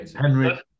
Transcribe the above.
Henry